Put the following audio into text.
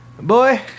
boy